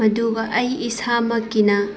ꯃꯗꯨꯒ ꯑꯩ ꯏꯁꯥꯃꯛꯀꯤꯅ